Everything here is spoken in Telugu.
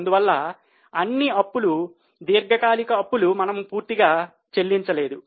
అందువల్ల అన్నిఅప్పులు దీర్ఘకాలిక అప్పులు మనము పూర్తిగా చెల్లించలేదు